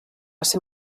ser